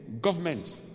government